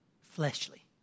Fleshly